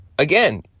Again